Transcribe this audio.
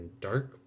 dark